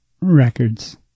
Records